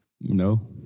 no